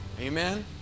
Amen